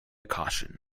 caution